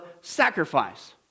sacrifice